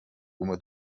قوم